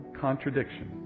contradiction